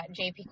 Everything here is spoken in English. jp